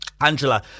Angela